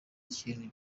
ikintu